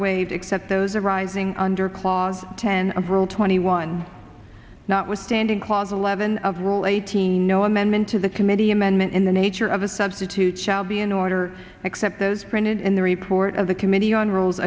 waived except those arising under clause ten of rule twenty one notwithstanding clause eleven of rule eighteen no amendment to the committee amendment in the nature of a substitute shall be in order except those printed in the report of the committee on rules